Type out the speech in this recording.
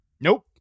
Nope